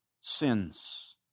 sins